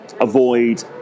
avoid